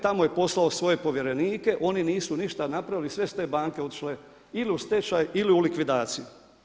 Tamo je poslao svoje povjerenike, oni nisu ništa napravili i sve su te banke otišle ili u stečaj ili u likvidaciju.